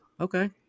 Okay